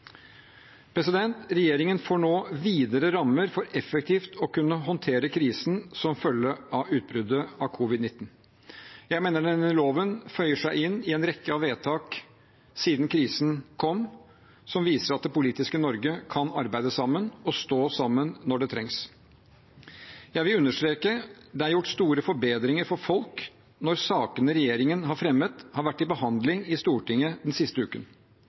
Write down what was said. samfunnet. Regjeringen får nå videre rammer for effektivt å kunne håndtere krisen som følge av utbruddet av covid-19. Jeg mener denne loven føyer seg inn i en rekke av vedtak siden krisen kom, som viser at det politiske Norge kan arbeide sammen og stå sammen når det trengs. Jeg vil understreke at det er gjort store forbedringer for folk når sakene regjeringen har fremmet, har vært til behandling i Stortinget den siste uken.